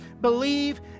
believe